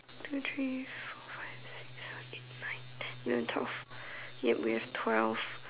two three four five six seven eight nine ten eleven twelve it has twelve